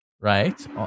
right